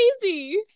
crazy